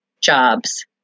jobs